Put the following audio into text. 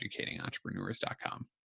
educatingentrepreneurs.com